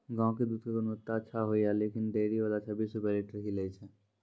गांव के दूध के गुणवत्ता अच्छा होय या लेकिन डेयरी वाला छब्बीस रुपिया लीटर ही लेय छै?